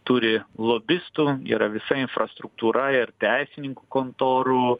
turi lobistų yra visa infrastruktūra ir teisininkų kontorų